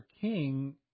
King